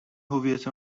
هویت